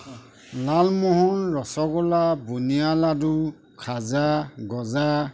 লালমোহন ৰছগোলা বুনিয়া লাডু খাজা গজা